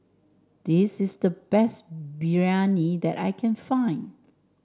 this is the best Biryani that I can find